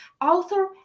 author